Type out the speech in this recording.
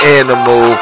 animal